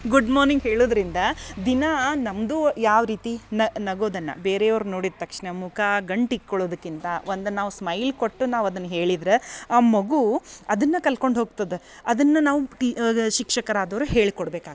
good morning ಹೇಳದ್ರಿಂದ ದಿನ ನಮ್ಮದು ಯಾವ ರೀತಿ ನಗೋದನ್ನು ಬೇರೆಯವ್ರು ನೋಡಿದ ತಕ್ಷಣ ಮುಖ ಗಂಟ್ ಇಕ್ಕೊಳೊದಿಕ್ಕಿಂತ ಒಂದು ನಾವು ಸ್ಮೈಲ್ ಕೊಟ್ಟು ನಾವು ಅದ್ನ ಹೇಳಿದ್ರೆ ಆ ಮಗು ಅದನ್ನು ಕಲ್ಕೊಂಡು ಹೋಗ್ತದ ಅದನ್ನು ನಾವು ಟೀ ಶಿಕ್ಷಕರಾದವರು ಹೇಳ್ಕೊಡ್ಬೇಕು ಆಗ್ತದ